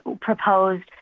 proposed